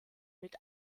mit